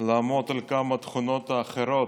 לעמוד על כמה תכונות אחרות,